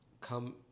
come